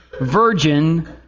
virgin